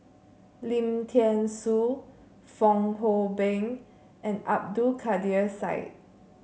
Lim Thean Soo Fong Hoe Beng and Abdul Kadir Syed